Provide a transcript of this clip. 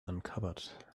uncovered